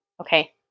okay